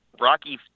Rocky